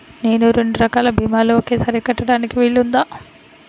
నేను రెండు రకాల భీమాలు ఒకేసారి కట్టడానికి వీలుందా?